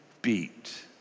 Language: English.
beat